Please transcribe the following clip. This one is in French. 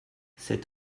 cet